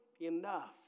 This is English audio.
enough